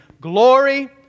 glory